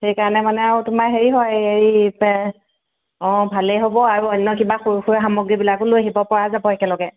সেইকাৰণে মানে আৰু তোমাৰ হেৰি হয় এই অঁ ভালেই হ'ব আৰু অন্য কিবা সৰু সুৰা সামগ্ৰীবিলাকো লৈ আহিব পৰা যাব একেলগে